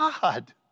God